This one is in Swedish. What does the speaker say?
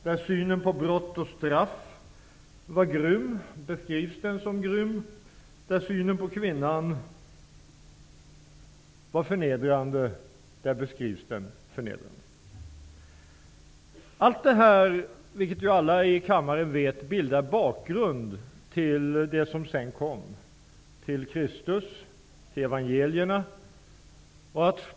Då synen på brott och straff var grym beskrivs den som grym. Då synen på kvinnan var förnedrande beskrivs den som förnedrande. Allt detta, vilket alla i kammaren vet, bildar bakgrund till det som sedan kom: Kristus och evangelierna.